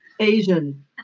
Asian